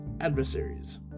adversaries